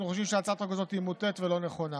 אנחנו חושבים שהצעת החוק הזה היא מוטה ולא נכונה.